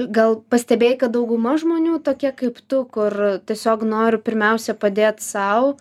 gal pastebėjai kad dauguma žmonių tokie kaip tu kur tiesiog nori pirmiausia padėt sau